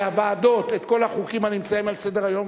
והוועדות את כל החוקים הנמצאים על סדר-היום,